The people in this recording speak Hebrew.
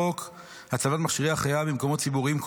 חוק הצבת מכשירי החייאה במקומות ציבוריים.